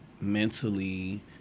mentally